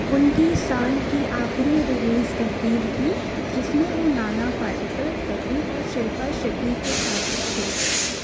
ان کی سال کی آخری ریلیز ترکیب تھی جس میں وہ نانا پاٹیکر تبو اور شلپا شیٹی کے ساتھ تھے